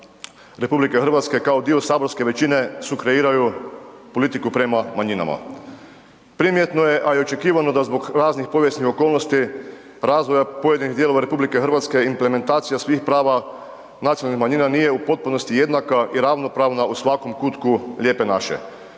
manjina RH kao dio saborske većine sukreiraju politiku prema manjinama. Primjetno je a i očekivano da zbog raznih povijesnih okolnosti razvoja pojedinih dijelova RH, implementacija svih prava nacionalnih manjina nije u potpunosti jednaka i ravnopravna u svakom kutku Lijepe naše.